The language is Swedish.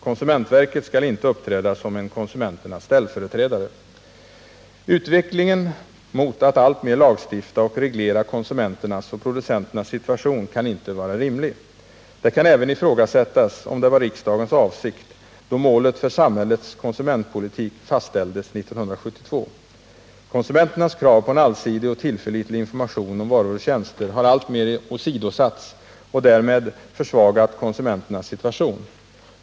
Konsumentverket skall inte uppträda som en konsumenternas ställföreträdare. Utvecklingen mot att alltmer lagstifta och reglera konsumenternas och producenternas situation kan inte vara rimlig. Det kan även ifrågasättas om det var riksdagens avsikt, då målet för samhällets konsumentpolitik fastställdes 1972. Konsumenternas krav på en allsidig och tillförlitlig information om varor och tjänster har alltmer åsidosatts och därmed försvagat konsumenternas situation.